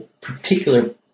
particular